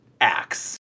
acts